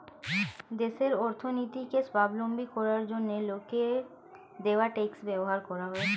দেশের অর্থনীতিকে স্বাবলম্বী করার জন্য লোকের দেওয়া ট্যাক্স ব্যবহার করা হয়